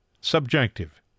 subjective